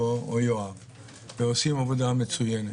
הם עושים עבודה מצוינת.